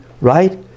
right